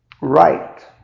right